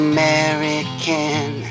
American